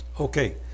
Okay